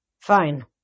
Fine